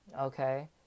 Okay